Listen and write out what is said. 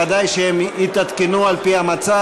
ודאי שהם יתעדכנו על-פי המצב.